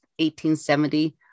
1870